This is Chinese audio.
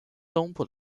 东部